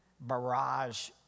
barrage